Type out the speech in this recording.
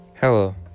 hello